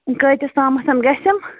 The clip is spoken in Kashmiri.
کٍتِس تامَتھ گژھٮ۪م